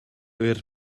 ŵyr